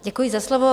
Děkuji za slovo.